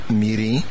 miri